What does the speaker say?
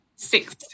six